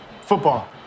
Football